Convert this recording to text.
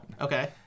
Okay